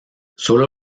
solo